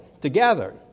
together